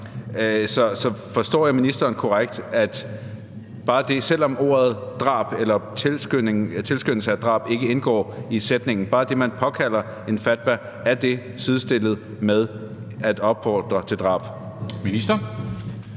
Så forstår jeg ministeren korrekt: Selv om ordet drab eller tilskyndelse til drab ikke indgår i sætningen, altså bare det, at man påkalder en fatwa, er det sidestillet med at opfordre til drab?